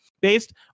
Based